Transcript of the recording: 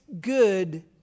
good